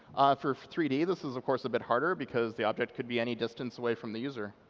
for for three d, this is of course, a bit harder because the object could be any distance away from the user.